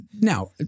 now